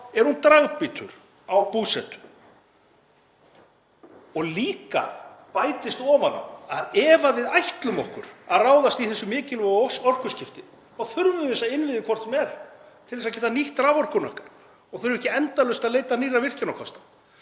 er hún dragbítur á búsetu. Svo bætist ofan á að ef við ætlum okkur að ráðast í þessi mikilvægu orkuskipti þá þurfum við þessa innviði hvort sem er til að geta nýtt raforkunotkun og þurfa ekki endalaust að leita nýrra virkjunarkosta.